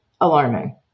alarming